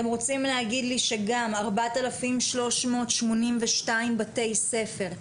אתם רוצים להגיד לי שגם 4,382 בתי ספר,